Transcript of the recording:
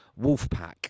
Wolfpack